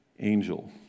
Angel